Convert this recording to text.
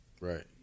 Right